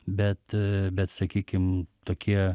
bet bet sakykim tokie